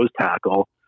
tackle